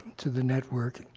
to the network.